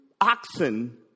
oxen